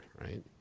right